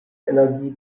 energie